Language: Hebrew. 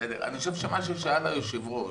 אני חושב שמה ששאל היושב-ראש